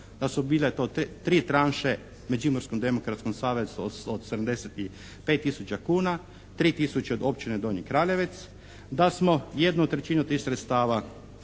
Da su bile to tri tranše Međimurskom demokratskom savezu od 75 tisuća kuna, 3 tisuće od općine Donji Kraljevec. Da smo jednu trećinu tih sredstava